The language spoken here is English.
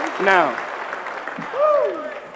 Now